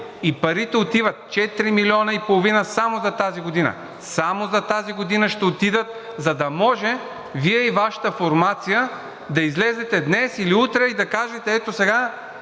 и парите отиват – 4 милиона и половина само за тази година. Само за тази година ще отидат, за да може Вие и Вашата формация да излезете днес или утре и да кажете: ето сега